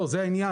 זה בעצם